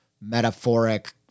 metaphoric